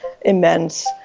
immense